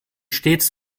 stets